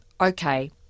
Okay